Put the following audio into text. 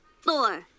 four